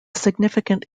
significant